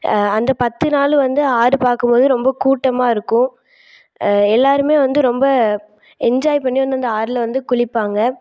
அந்த பத்து நாள் வந்து ஆறு பார்க்கும்போது ரொம்ப கூட்டமாயிருக்கும் எல்லாேருமே வந்து ரொம்ப என்ஜாய் பண்ணி வந்து அந்த ஆறில் வந்து குளிப்பாங்க